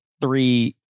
three